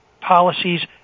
policies